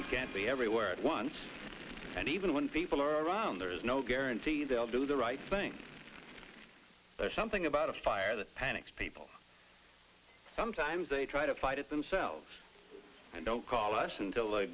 you can't be everywhere at once and even when people are around there is no guarantee they'll do the right thing there's something about a fire that panics people sometimes they try to fight it themselves and don't call us until